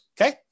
okay